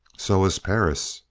so has perris,